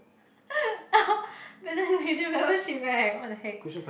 membership right what the heck